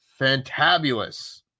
fantabulous